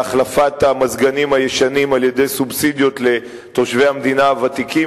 בהחלפת המזגנים הישנים על-ידי סובסידיות לתושבי המדינה הוותיקים,